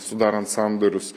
sudarant sandorius